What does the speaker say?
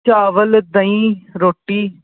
ਚਾਵਲ ਦਹੀਂ ਰੋਟੀ